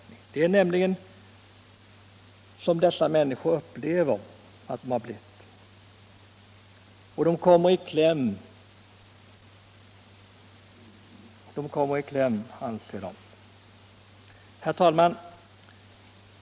Omyndigförklarade är nämligen vad dessa människor upplever att de blivit, och de kommer i kläm, anser de. Herr talman!